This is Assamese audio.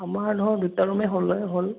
আমাৰ ধৰক দুটা ৰুমেই হ'লেই হ'ল